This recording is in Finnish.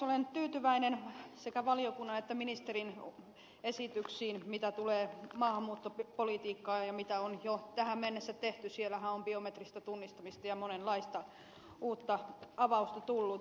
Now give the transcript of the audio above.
olen tyytyväinen sekä valiokunnan että ministerin esityksiin mitä tulee maahanmuuttopolitiikkaan ja mitä on jo tähän mennessä tehty siellähän on biometristä tunnistamista ja monenlaista uutta avausta tullut